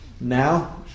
now